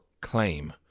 claim